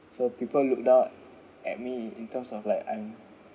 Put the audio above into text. so people look down at me in in terms of like I'm